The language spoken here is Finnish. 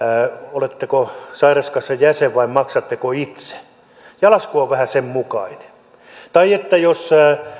oletteko sairauskassan jäsen vai maksatteko itse ja lasku on vähän sen mukainen tai jos